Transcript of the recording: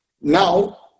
Now